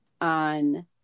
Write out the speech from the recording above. on